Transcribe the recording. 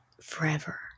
forever